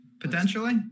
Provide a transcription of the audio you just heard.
Potentially